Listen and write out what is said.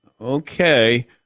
okay